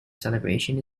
celebration